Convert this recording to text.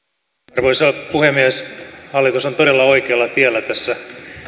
arvoisa puhemies hallitus on todella oikealla tiellä tässä